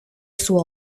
suo